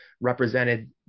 represented